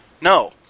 no